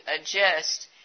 adjust